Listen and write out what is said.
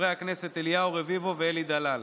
חברי הכנסת אליהו רביבו ואלי דלל.